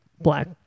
black